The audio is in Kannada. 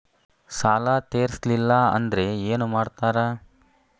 ಸಾಲ ತೇರಿಸಲಿಲ್ಲ ಅಂದ್ರೆ ಏನು ಮಾಡ್ತಾರಾ?